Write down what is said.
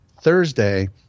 Thursday